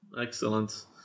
Excellent